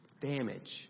damage